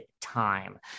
time